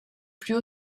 plus